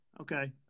Okay